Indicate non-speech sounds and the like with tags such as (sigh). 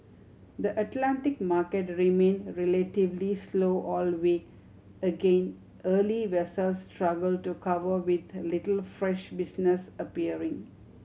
the Atlantic market remained relatively slow all week again early vessels struggle to cover with (unintelligible) little fresh business appearing